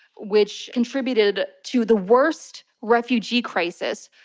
which contributed to the worst refugee crisis,